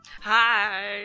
hi